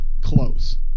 close